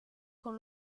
quand